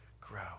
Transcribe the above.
grow